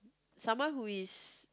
someone who is